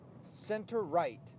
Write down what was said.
center-right